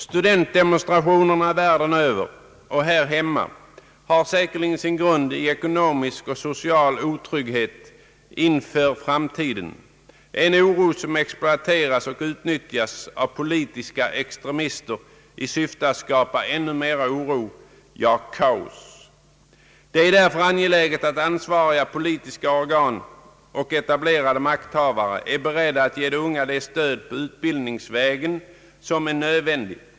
Studentdemonstrationerna världen över och här hemma har säkerligen sin grund i ekonomisk och social otrygghet inför framtiden en oro som exploateras och utnyttjas av politiska extremister i syfte att skapa ännu mera oro, ja kaos. Det är därför angeläget att ansvariga politiska organ och etablerade makthavare är beredda att ge de unga det stöd på utbildningsvägen som är nödvändigt.